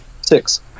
Six